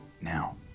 Now